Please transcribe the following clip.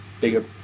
bigger